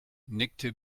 nickte